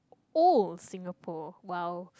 old Singapore !wow!